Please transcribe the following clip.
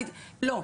לא.